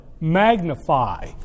magnify